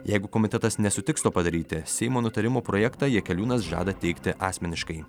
jeigu komitetas nesutiks to padaryti seimo nutarimo projektą jakeliūnas žada teikti asmeniškai